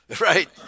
Right